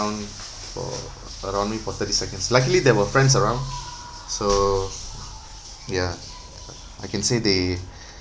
for around me for thirty seconds luckily there were friends around so ya I can say they